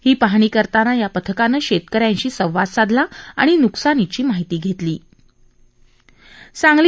ही पाहणी करताना या पथकानं शेतकऱ्यांशी संवाद साधला आणि न्कसानीची माहिती घेतली